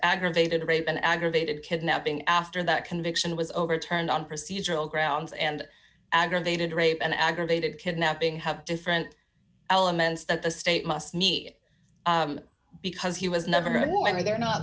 aggravated rape and aggravated kidnapping after that conviction was overturned on procedural grounds and aggravated rape and aggravated kidnapping have different elements that the state must meet because he was number one were there not